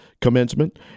commencement